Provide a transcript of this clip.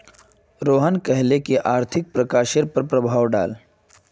रोहन कहले की आर्थिक प्रभावेर पर प्रकाश डाल